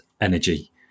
energy